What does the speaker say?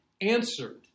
answered